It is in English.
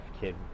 kid